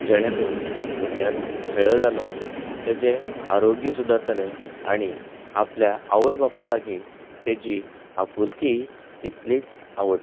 जेणे करून भुरग्याक खेळय जालो ताजें आरोग्य सुदरतलें आनी आपल्या आवय बापाय लागी ताजी आपुलकी तितलीच आवड